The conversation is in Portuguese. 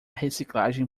reciclagem